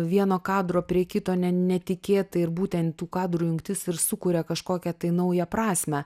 vieno kadro prie kito ne netikėtai ir būtent tų kadrų jungtis ir sukuria kažkokią tai naują prasmę